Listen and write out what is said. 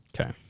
okay